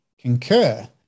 concur